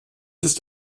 ist